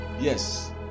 yes